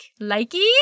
likey